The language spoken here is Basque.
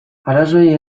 arazoei